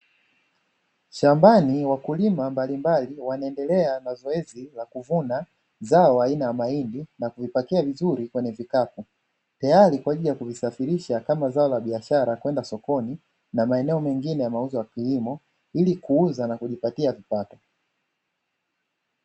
Shambani, wakulima mbalimbali wanaendelea na zoezi la kuvuna zao la aina ya mahindi na kuyapakia vizuri kwenye vikapu, tayari kwa ajili ya kuyasafirisha kama zao la biashara kwenda sokoni na maeneo mengine ya mauzo ya kilimo ili kuuza na kujipatia kipato.